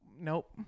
Nope